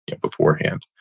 beforehand